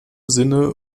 sinne